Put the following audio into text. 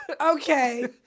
Okay